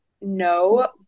No